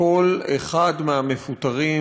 לכל אחד מהמפוטרים,